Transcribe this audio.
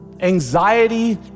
anxiety